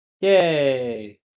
Yay